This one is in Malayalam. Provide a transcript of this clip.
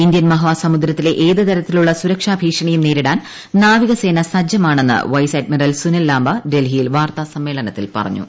ഇന്ത്യൻ മഹാസമുദ്രത്തിലെ ഏതു തരത്തിലുള്ള സുരക്ഷാഭീഷണിയും നേരിടാൻ നാവിക സേന സജ്ജമാണെന്ന് വൈസ് അഡ്മിറൽ സുനിൽ ലാംബ ഡൽഹിയിൽ വാർത്താ സമ്മേളനത്തിൽ പറഞ്ഞു